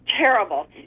terrible